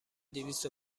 دویست